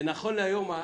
שנכון להיום התכנון,